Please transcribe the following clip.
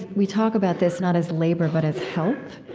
we talk about this not as labor but as help,